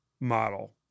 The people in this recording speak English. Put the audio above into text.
model